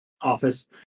office